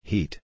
Heat